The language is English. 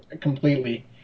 completely